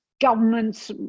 governments